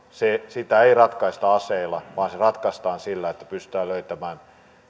sitä ei ratkaista aseilla vaan se ratkaistaan sillä että pystytään löytämään